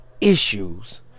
issues